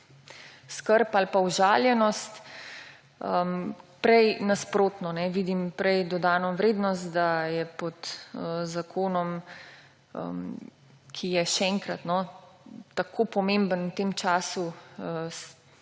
skrb ali pa užaljenost, prej nasprotno. Vidim prej dodano vrednost, da je pod zakonom, ki je tako pomemben v tem času,